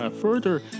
further